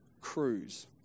cruise